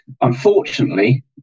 unfortunately